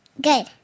Good